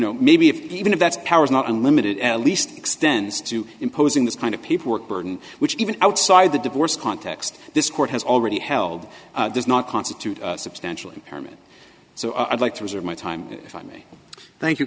know maybe if even if that's power is not unlimited at least extends to imposing this kind of people work burden which even outside the divorce context this court has already held does not constitute substantially permanent so i'd like to reserve my time if i may thank you